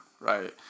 right